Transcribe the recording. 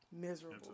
miserable